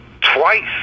twice